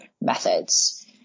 methods